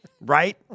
right